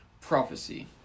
prophecy